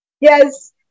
yes